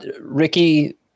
Ricky